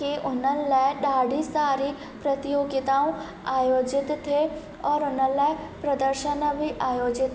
की उन्हनि लाइ ॾाढी सारी प्रतियोगिताऊं आयोजित कई और उन्हनि लाइ प्रदर्शन बि आयोजित